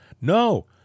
No